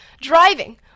driving